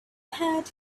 had